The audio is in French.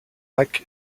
lac